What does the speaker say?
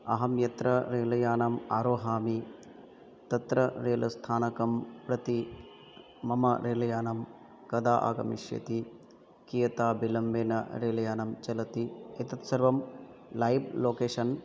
अहं यत्र रेल यानम् आरोहयामि तत्र रेल स्थानकं प्रति मम रेल यानं कदा आगमिष्यति कियता विलम्बेन रेल यानं चलति एतत् सर्वं लैव् लोकेशन्